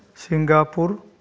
Singapore